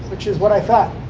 which is what i thought?